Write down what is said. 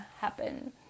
happen